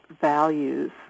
values